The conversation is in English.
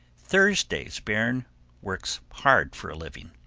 thursday's bairn works hard for a living,